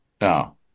No